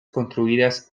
construidas